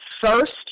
first